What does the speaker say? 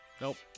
Nope